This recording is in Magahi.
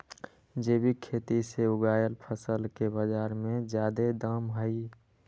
जैविक खेती से उगायल फसल के बाजार में जादे दाम हई